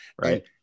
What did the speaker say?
Right